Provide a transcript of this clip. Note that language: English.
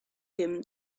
him